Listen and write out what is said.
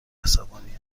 عصبانی